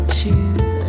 choose